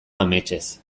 ametsez